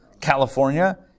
California